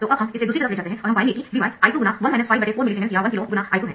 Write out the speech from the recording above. तो अब हम इसे दूसरी तरफ ले जाते है और हम पाएंगे कि Vy I2×1 54 Millisiemens या 1 KΩ ×I2 है